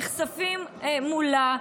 נחשפים מולה.